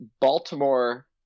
Baltimore-